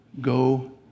Go